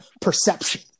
perception